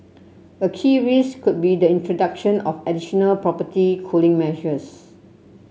a key risk could be the introduction of additional property cooling measures